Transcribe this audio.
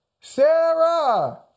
Sarah